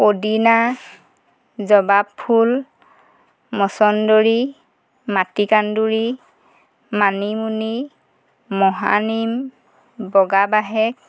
পদিনা জবাফুল মছন্দৰী মাটিকাঁদুৰি মানিমুনি মহানিম বগা বাহেক